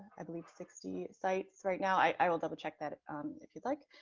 i believe sixty sites. right now i will double check that if you'd like.